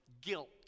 guilt